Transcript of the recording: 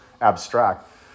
abstract